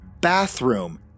bathroom